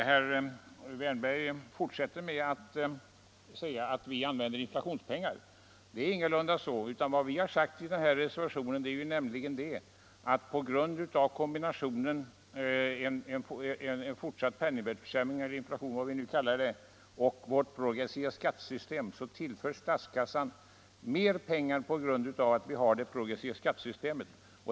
Herr talman! Herr Wärnberg fortsätter att säga att vi använder inflationspengar. Det är ingalunda så, utan vad vi sagt i reservationen är att kombinationen av en fortsatt penningvärdeförsämring, inflation eller vad vi vill kalla det, och vårt progressiva skattesystem medför att statskassan tillförs mer pengar på grund av att vi har det progressiva skattesystemet.